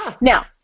Now